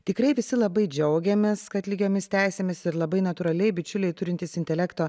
tikrai visi labai džiaugiamės kad lygiomis teisėmis ir labai natūraliai bičiuliai turintys intelekto